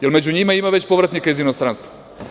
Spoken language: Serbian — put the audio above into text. Jel među njima već ima povratnika iz inostranstva?